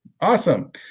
Awesome